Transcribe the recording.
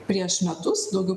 prieš metus daugiau